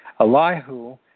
Elihu